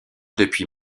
depuis